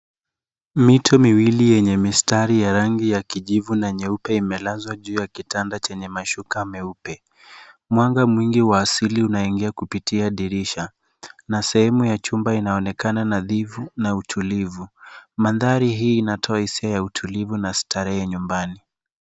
Mito miwili yenye mistari ya rangi ya kijivu na nyeupe imelazwa juu ya kitanda chenye mashuka meupe. Mwanga mwingi wa asili unaingia kupitia dirisha na sehemu ya chumba inaonekana nadhifu na utulivu. Mandhari hii inatoa hisia ya utulivu na starehe nyumbani.